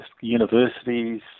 Universities